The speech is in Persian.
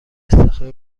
استخر